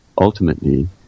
ultimately